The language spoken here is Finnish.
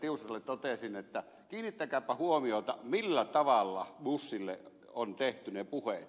tiusaselle toteaisin että kiinnittäkääpä huomiota millä tavalla bushille on tehty ne puheet